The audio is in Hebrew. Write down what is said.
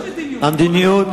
יש מדיניות,